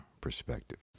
perspective